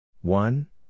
One